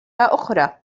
أخرى